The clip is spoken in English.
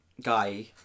guy